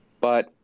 but-